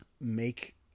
make